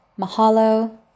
Mahalo